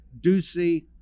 Ducey